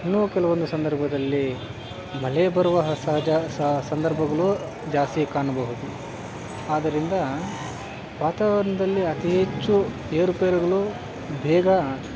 ಇನ್ನೂ ಕೆಲವೊಂದು ಸಂದರ್ಭದಲ್ಲಿ ಮಳೆ ಬರುವ ಸಹಜ ಸಂದರ್ಭಗಳು ಜಾಸ್ತಿ ಕಾಣ್ಬಹುದು ಆದರಿಂದ ವಾತಾವರ್ಣದಲ್ಲಿ ಅತಿ ಹೆಚ್ಚು ಏರುಪೇರುಗಳು ಬೇಗ